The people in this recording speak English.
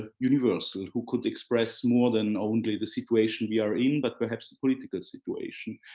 ah universal. who could express more than only the situation we are in, but perhaps the political situation.